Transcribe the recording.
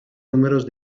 números